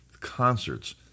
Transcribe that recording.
concerts